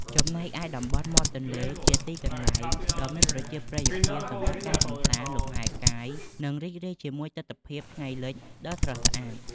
ចំណែកឯតំបន់មាត់ទន្លេ ជាទីកន្លែងដ៏មានប្រជាប្រិយភាពសម្រាប់ការកម្សាន្ត លំហែកាយ និងរីករាយជាមួយទិដ្ឋភាពថ្ងៃលិចដ៏ស្រស់ស្អាត។